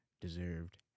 deserved